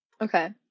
Okay